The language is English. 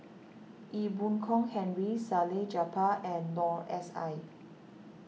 Ee Boon Kong Henry Salleh Japar and Noor S I